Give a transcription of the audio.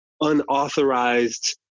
unauthorized